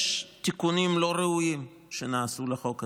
יש תיקונים לא ראויים שנעשו לחוק הזה.